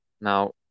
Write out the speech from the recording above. Now